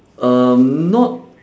um not